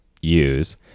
use